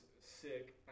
sick